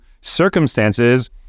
circumstances